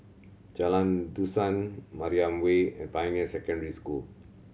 Jalan Dusun Mariam Way and Pioneer Secondary School